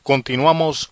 Continuamos